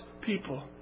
people